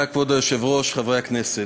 כבוד היושב-ראש, תודה, חברי הכנסת,